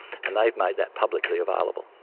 and they've made that publicly available.